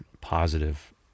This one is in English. positive